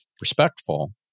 respectful